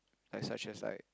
like such as like